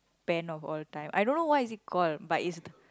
band of all time I don't know why is it call but is